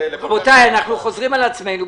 רבותיי, אנחנו חוזרים על עצמנו.